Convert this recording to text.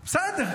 בסדר.